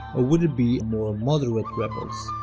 ah would it be more moderate rebels?